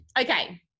Okay